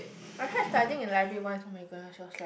I tried studying in library once oh-my-gosh was like